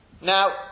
Now